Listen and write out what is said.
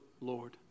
Lord